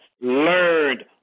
Learned